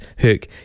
hook